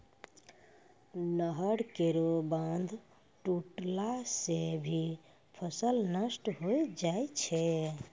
नहर केरो बांध टुटला सें भी फसल नष्ट होय जाय छै